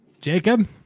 Jacob